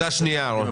נקודה שנייה, רון.